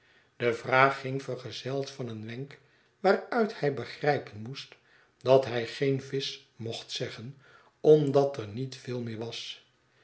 de vraag ging vergezeld van een wenk waaruit hij begrijpen moest dat hij geen visch mocht zeggen omdat er niet veel meer was